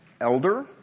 elder